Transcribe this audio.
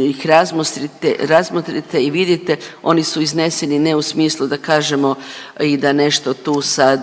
ih razmotrite i vidite, oni su izneseni, ne u smislu da kažemo i da nešto tu sad